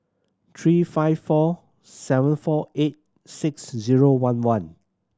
three five four seven four eight six zero one one